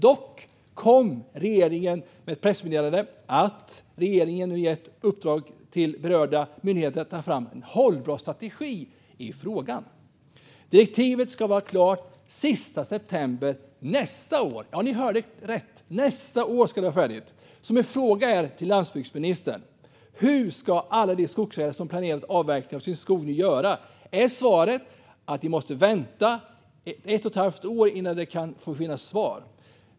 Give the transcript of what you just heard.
Dock kom regeringen med ett pressmeddelande om att regeringen nu har gett uppdrag till berörda myndigheter att ta fram en hållbar strategi i frågan. Direktivet ska vara klart den 30 september nästa år. Ni hörde rätt - nästa år ska det vara färdigt! Min fråga till landsbygdsministern är: Hur ska alla de skogsägare som planerat avverkning av sin skog nu göra? Är svaret att de måste vänta ett och ett halvt år innan de kan få svar?